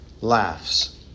laughs